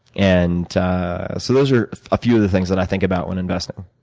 and so those are a few of the things but i think about when investing.